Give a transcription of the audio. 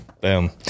Boom